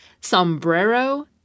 sombrero